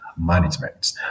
management